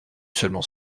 seulement